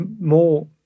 more